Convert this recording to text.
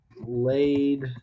laid